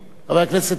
חבר הכנסת טיבי,